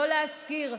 לא להשכיר.